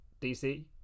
DC